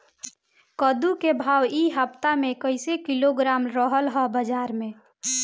कद्दू के भाव इ हफ्ता मे कइसे किलोग्राम रहल ह बाज़ार मे?